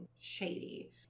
shady